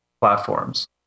platforms